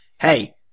hey